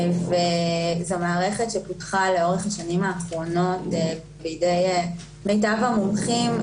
זו מערכת שפותחה לאורך השנים האחרונות בידי מיטב המומחים,